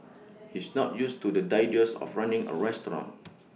he's not used to the idea of running A restaurant